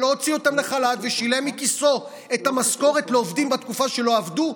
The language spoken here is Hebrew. לא הוציא אותם לחל"ת ושילם מכיסו את המשכורת לעובדים בתקופה שלא עבדו,